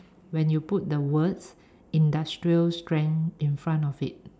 when you put the words industrial strength in front of it